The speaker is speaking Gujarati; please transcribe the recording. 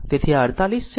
તેથી આ 48 છે અને આ 32 છે